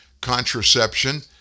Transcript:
contraception